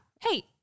Hey